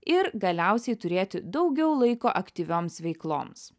ir galiausiai turėti daugiau laiko aktyvioms veikloms